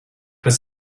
was